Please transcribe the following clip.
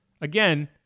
Again